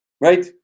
right